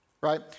Right